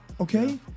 Okay